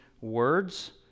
words